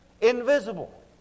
invisible